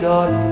God